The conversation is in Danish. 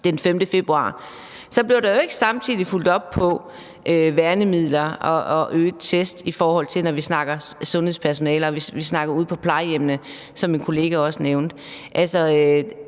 den 5. februar, så blev der jo ikke samtidig fulgt op på værnemidler og øgede tests, i forhold til når vi snakker sundhedspersonale og vi snakker om situationen ude på plejehjemmene, som min kollega også nævnte.